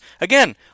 again